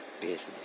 business